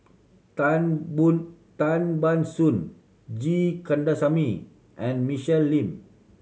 Tan Bun Tan Ban Soon G Kandasamy and Michelle Lim